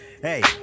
Hey